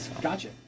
Gotcha